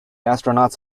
astronauts